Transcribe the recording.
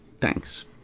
Thanks